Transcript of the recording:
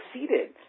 succeeded